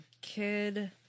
kid